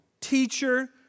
teacher